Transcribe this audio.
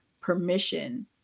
permission